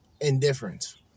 indifference